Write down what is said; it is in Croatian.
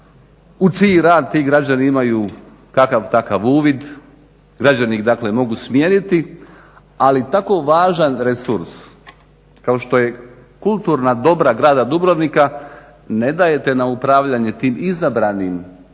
u čiji rad ti građani imaju kakav takav uvid, građani ih dakle mogu smijeniti, ali tako važan resurs kao što je kulturna dobra grada Dubrovnika ne dajete na upravljanje tim izabranim